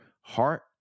heart